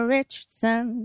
Richardson